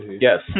Yes